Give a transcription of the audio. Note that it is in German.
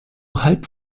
halb